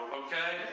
okay